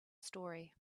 story